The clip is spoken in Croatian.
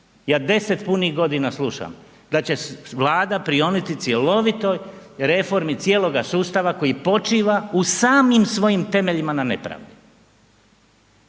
Ja 10 punih godina slušam da će Vlada prioniti cjelovitoj reformi cijeloga sustava koji počiva u samim svojim temeljima na nepravdi